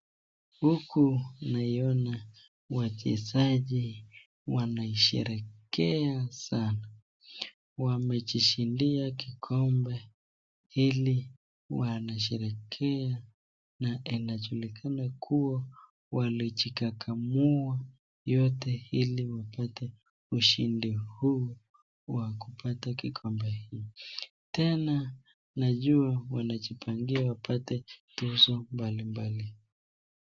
Huku naiona wachezaji wanaisherekea sana, wamejishindia kikombe ili wanasherekea na inajulikana kuwa walijikakamua yote ili wapate ushindi huu, wa kupata kikombe hiki. Tena najua wanajipangia wapate tuzo mbalimbali.